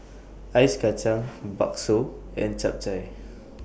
Ice Kachang Bakso and Chap Chai